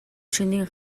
шөнийн